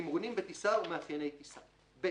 תמרונים בטיסה ומאפייני טיסה מיוחדים.